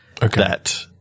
that-